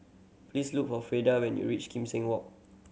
please look for Freda when you reach Kim Seng Walk